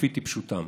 וכפי טיפשותם.